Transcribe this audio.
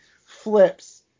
flips